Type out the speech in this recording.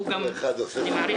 אני גם מעריך אותו.